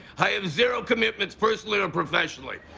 i have zero commitments personally or professionally.